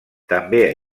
també